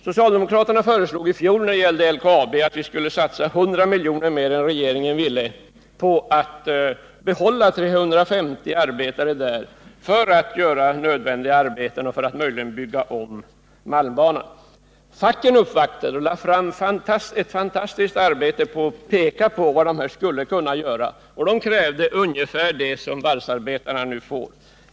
Socialdemokraterna föreslog i fjol, när det gällde LKAB, att vi skulle satsa 100 miljoner mer än regeringen ville för att behålla 350 arbetare som kunde göra nödvändiga arbeten och möjligen bygga om malmbanan. Fackföreningarna uppvaktade och lade ned ett fantastiskt arbete på att peka på vad dessa människor skulle kunna göra. De krävde ungefär det som varvsarbetarna nu får.